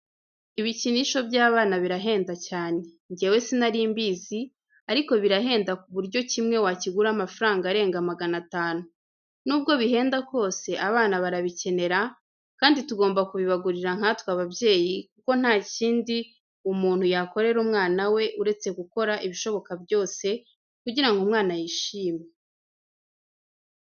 Ibikinisho by'abana birahenda cyane, njyewe sinarimbizi ariko birahenda ku buryo kimwe wakigura amafaranga arenga magana atanu, nubwo bihenda kose abana barabikenera kandi tugomba kubibagurira nkatwe ababyeyi kuko nta kindi umuntu yakorera umwana we uretse gukora ibishoboka byose kugira ngo umwana yishime.